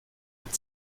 mit